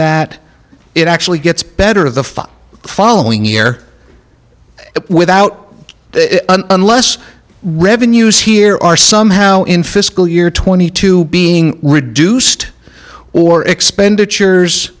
that it actually gets better of the five following year without unless revenues here are somehow in fiscal year twenty two being reduced or expenditures